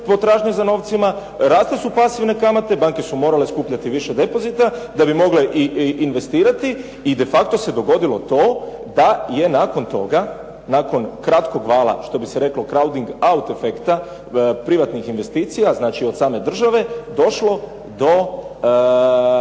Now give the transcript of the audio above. potražnje za novcima, rasle su pasivne kamate. Banke su morale skupljati više depozita da bi mogle investirati i de facto se dogodilo to da je nakon toga, nakon kratkog vala što bi se reklo krauding out efekta privatnih investicija, znači od same države došlo do